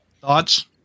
thoughts